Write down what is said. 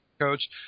coach